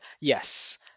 Yes